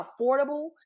affordable